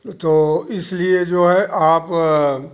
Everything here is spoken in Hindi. तो इसलिए जो है आप